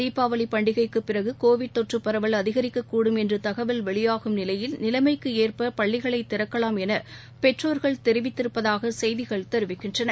தீபாவளி பண்டிகைக்கு பிறகு கோவிட் தொற்று பரவல் அதிகரிக்கக்கூடும் என்று தகவல் வெளியாகும் நிலையில் நிலைமைக்கு ஏற்ப பள்ளிகளை திறக்கலாம் என பெற்றோர்கள் தெரிவித்திருப்பதாக செய்திகள் தெரிவிக்கின்றன